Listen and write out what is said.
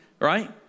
right